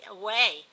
away